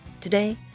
Today